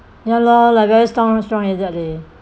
ya lor like very str~ strong-headed leh